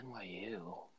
NYU